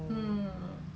I thought